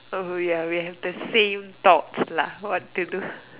oh ya we have the same thoughts lah what to do